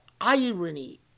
irony